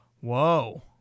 Whoa